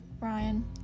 Ryan